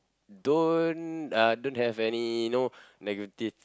don't uh don't have any you know negative